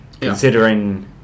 Considering